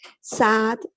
sad